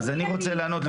אז אני רוצה לענות לגברתי,